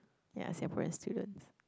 ya Singaporean students